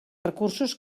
recursos